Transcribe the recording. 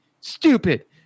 stupid